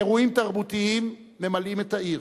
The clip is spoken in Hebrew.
אירועים תרבותיים ממלאים את העיר: